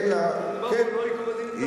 זה לא ייקוב הדין את ההר.